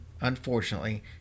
unfortunately